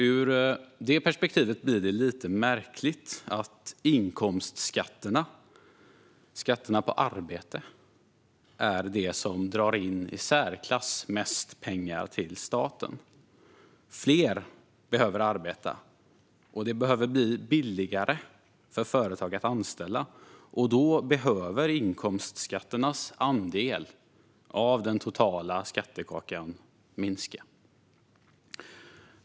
Ur detta perspektiv blir det lite märkligt att inkomstskatterna, skatterna på arbete, är det som drar in i särklass mest pengar till staten. Fler behöver arbeta, och det behöver bli billigare för företag att anställa. Då behöver inkomstskatternas andel av den totala skattekakan minska.